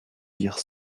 dire